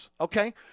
okay